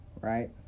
right